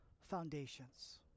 foundations